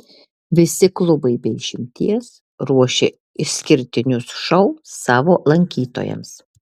visi klubai be išimties ruošia išskirtinius šou savo lankytojams